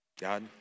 God